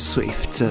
Swift